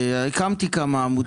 הקמתי כמה עמותות.